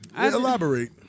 Elaborate